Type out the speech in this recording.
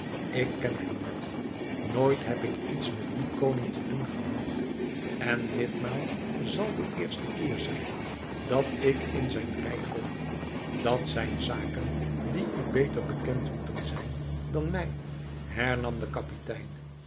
ik ken hem niet nooit heb ik iets met dien koning te doen gehad en dit maal zal de eerste keer zijn dat ik in zijn rijk kom dat zijn zaken die u beter bekend moeten zijn dan mij hernam de kapitein